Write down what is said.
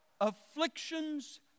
afflictions